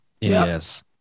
yes